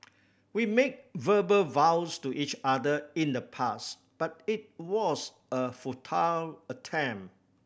we made verbal vows to each other in the past but it was a futile attempt